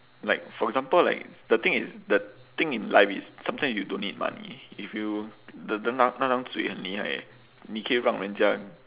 like for example like the thing is the thing in life is sometime you don't need money if you the the 那那张嘴很厉害你可以让人家